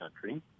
country